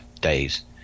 days